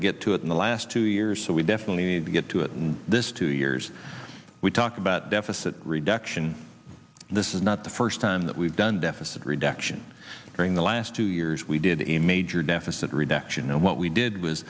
to get to it in the last two years so we definitely need to get to it and this two years we talk about deficit reduction this is not the first time that we've done deficit reduction during the last two years we did a major deficit reduction and what we did was